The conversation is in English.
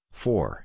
four